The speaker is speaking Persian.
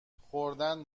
خوردن